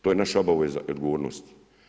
To je naša obaveza i odgovornost.